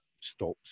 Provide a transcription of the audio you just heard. stops